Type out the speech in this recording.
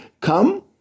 come